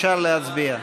אפשר להצביע.